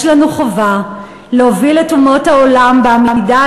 יש לנו חובה להוביל את אומות העולם בעמידה